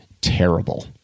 terrible